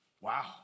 Wow